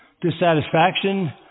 dissatisfaction